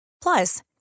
Plus